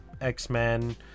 X-men